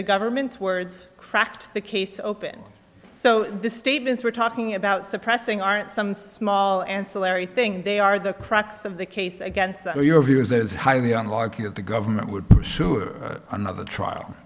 the government's words cracked the case open so the statements we're talking about suppressing aren't some small ancillary thing they are the products of the case against your view is that it's highly unlikely that the government would pursue or another trial